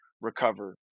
recover